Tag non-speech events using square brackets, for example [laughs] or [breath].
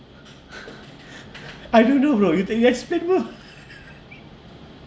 [breath] I don't know bro you can explain ah [laughs]